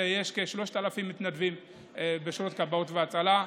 יש כ-3,000 מתנדבים בשירות כבאות והצלה,